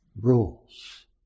rules